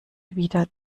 wieder